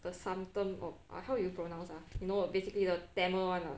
the vasantham of orh how you pronounce ah you know basically the tamil one lah